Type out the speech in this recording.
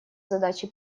задачи